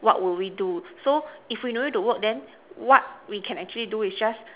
what would we do so if we no need to work then what we can actually do is just